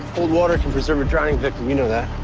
cold water can preserve a drowning victim. you know that.